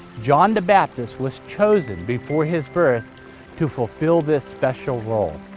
john the baptist was chosen before his birth to fulfill this special role.